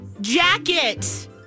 jacket